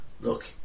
look